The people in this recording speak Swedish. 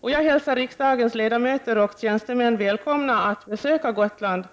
Jag hälsar riksdagens ledamöter och tjänstemän välkomna att besöka Gotland